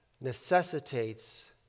necessitates